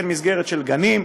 אין מסגרת של גנים,